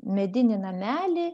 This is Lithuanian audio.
medinį namelį